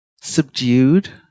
subdued